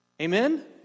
Amen